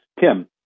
tim